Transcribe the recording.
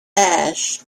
ash